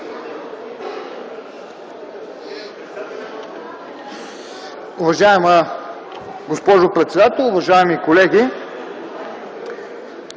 Уважаема госпожо председател, уважаеми колеги!